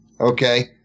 okay